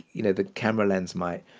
you know, the camera lens might.